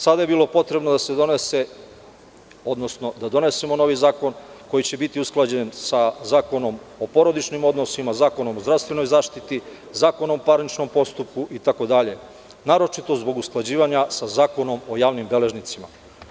Sada je bilo potrebno da se donese, odnosno da donesemo novi zakon koji će biti usklađen sa Zakonom o porodičnim odnosima, Zakonom o zdravstvenoj zaštiti, Zakonom o parničnom postupku itd, a naročito zbog usklađivanja sa Zakonom o javnim beležnicima.